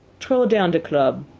t'row down de club,